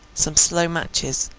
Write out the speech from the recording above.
some slow matches